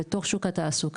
בתוך שוק העסוקה,